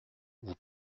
vous